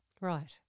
right